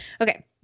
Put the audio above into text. Okay